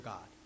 God